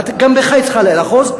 גם בך היא צריכה לאחוז.